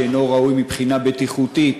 שאינו ראוי מבחינה בטיחותית